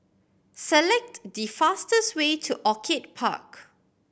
select the fastest way to Orchid Park